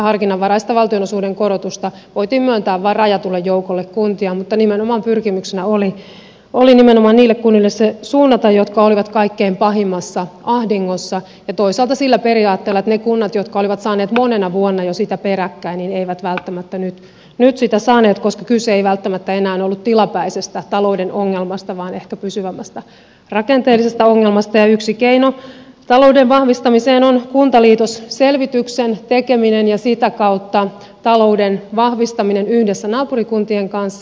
harkinnanvaraista valtionosuuden korotusta voitiin myöntää vain rajatulle joukolle kuntia mutta pyrkimyksenä oli nimenomaan niille kunnille se suunnata jotka olivat kaikkein pahimmassa ahdingossa ja toisaalta sillä periaatteella että ne kunnat jotka olivat saaneet sitä jo monena vuonna peräkkäin eivät välttämättä nyt sitä saaneet koska kyse ei välttämättä enää ollut tilapäisestä talouden ongelmasta vaan ehkä pysyvämmästä rakenteellisesta ongelmasta ja yksi keino talouden vahvistamiseen on kuntaliitosselvityksen tekeminen ja sitä kautta talouden vahvistaminen yhdessä naapurikuntien kanssa